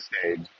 stage